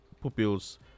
Pupil's